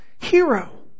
hero